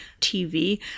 TV